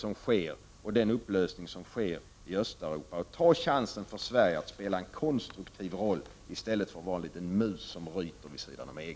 Var positiv till den upplösning som sker i Östeuropa, och ta chansen för Sverige att spela en konstruktiv roll i stället för att vara en liten mus som ryter vid sidan om EG!